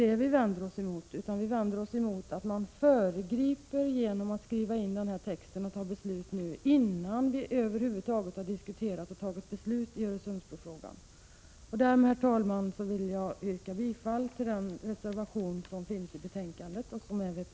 Vad vi vänder oss emot är den avtalstext som finns och det beslut som alltså fattas, innan vi i riksdagen över huvud taget har diskuterat och fattat beslut i Öresundsfrågan. Med detta, herr talman, yrkar jag bifall till vpk:s reservation som är fogad till detta betänkande.